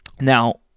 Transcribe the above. Now